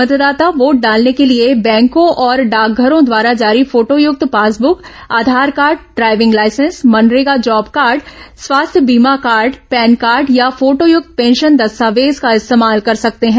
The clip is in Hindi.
मतदाता वोट डालने के लिए बैंकों और डाकघरों द्वारा जारी फोटोयुक्त passbook Aadhaar card driving licence MNREGA job card स्वास्थ्य बीमा कार्ड पैन कार्ड या फोटोयूक्त पेंशन दस्तावेज का इस्तेमाल कर सकते हैं